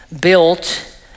built